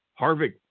Harvick